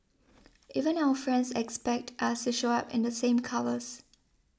even our friends expect us to show up in the same colours